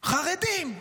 חרדים.